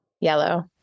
Yellow